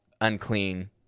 unclean